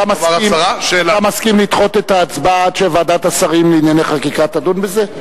אתה מסכים לדחות את ההצבעה עד שוועדת השרים לענייני חקיקה תדון בזה?